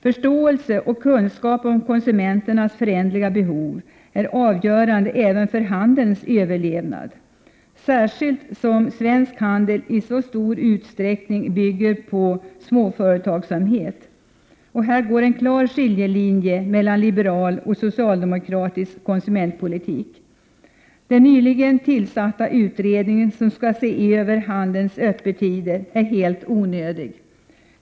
Förståelse för och kunskap om konsumenternas föränderliga behov är avgörande även för handelns överlevnad, särskilt som svensk handel i så stor utsträckning bygger på småföretagsamhet. Här går en klar skiljelinje mellan liberal och socialdemokratisk konsumentpolitik. Den nyligen tillsatta utredningen, som skall se över handelns öppettider, är helt onödig.